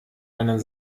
einen